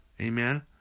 amen